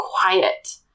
quiet